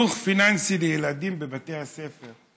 חינוך פיננסי לילדים בבתי הספר,